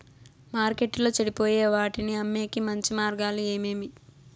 మార్కెట్టులో చెడిపోయే వాటిని అమ్మేకి మంచి మార్గాలు ఏమేమి